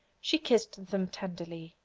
she kissed them tenderly,